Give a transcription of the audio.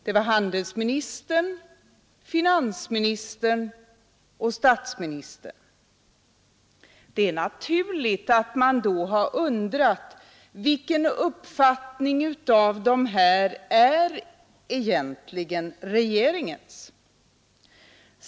Det var handelsministern, finansministern och statsministern. Det är naturligt att man då har undrat: Vilken av de här uppfattningarna är egentligen regeringens?